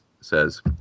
says